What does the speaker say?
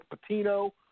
Patino